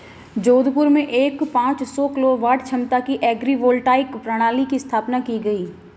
जोधपुर में एक सौ पांच किलोवाट क्षमता की एग्री वोल्टाइक प्रणाली की स्थापना की गयी